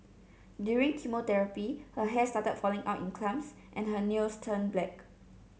during chemotherapy her hair started falling out in clumps and her nails turned black